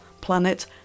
planet